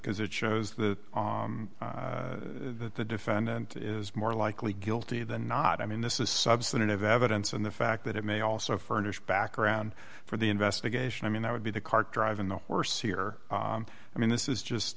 because it shows that the defendant is more likely guilty than not i mean this is substantive evidence and the fact that it may also furnish background for the investigation i mean that would be the cart driving the worse here i mean this is just